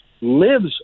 lives